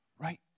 Right